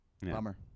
Bummer